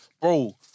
Bro